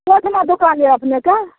कोन ठाम दोकान यऽ अपनेँके